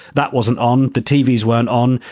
that wasn't on the t v s weren't on.